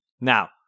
Now